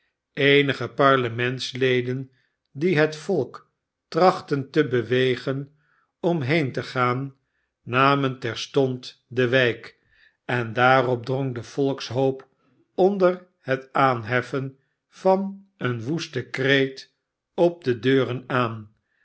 eenige parlementsleden die het volk trachtten te bewegen om heen te gaan namen terstond de wijk en daarop drong de volkshoop onder het aanheffen van een woesten kreet op de deuren aan